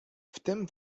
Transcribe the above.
wtem